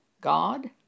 God